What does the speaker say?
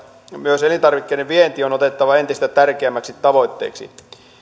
myös elintarvikkeiden vienti on otettava entistä tärkeämmäksi tavoitteeksi